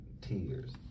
tears